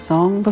Song